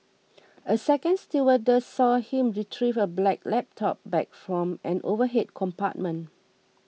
a second stewardess saw him retrieve a black laptop bag from an overhead compartment